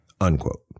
Unquote